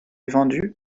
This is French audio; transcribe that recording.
vendue